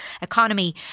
economy